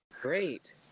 great